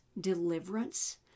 deliverance